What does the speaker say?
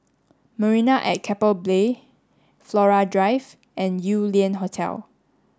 Marina at Keppel Bay Flora Drive and Yew Lian Hotel